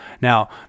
Now